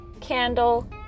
candle